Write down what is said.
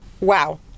Wow